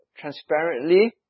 transparently